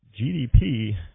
GDP